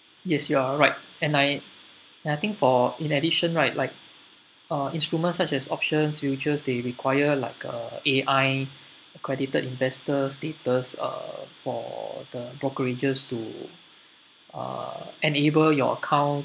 yes you are right and I and I think for in addition right like uh instruments such as options futures they require like uh A_I accredited investor status uh for the brokerages to uh enable your account